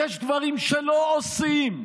יש דברים שלא עושים,